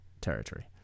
territory